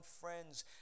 friends